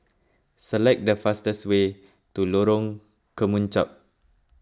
select the fastest way to Lorong Kemunchup